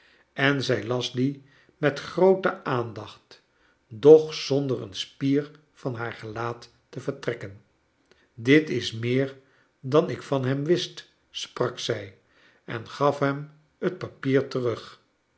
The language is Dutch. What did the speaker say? en zij las die met groote aandacht doch zonder een spier van haar gelaat te vertrekken dit is meer dan ik van hem wist sprak zij en gaf hem het papier terug